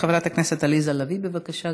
חברת הכנסת עליזה לביא, בבקשה,